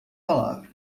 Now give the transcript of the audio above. palavra